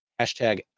hashtag